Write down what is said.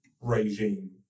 regime